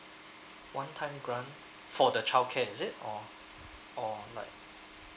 one time grant for the childcare is it or or like